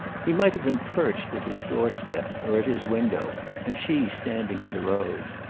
he might have been perched at his door-step or at his window and she standing in the road.